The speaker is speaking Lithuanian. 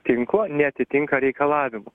tinklo neatitinka reikalavimų